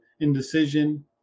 indecision